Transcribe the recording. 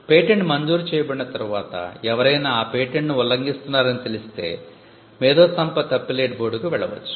patent మంజూరు చేయబడిన తర్వాత ఎవరైనా ఆ పేటెంట్ను ఉల్లంఘిస్తున్నారని తెలిస్తే మేధో సంపత్తి అప్పీలేట్ బోర్డుకు వెళ్ళవచ్చు